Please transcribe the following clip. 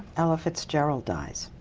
ella fitzgerald dies?